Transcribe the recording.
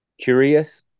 curious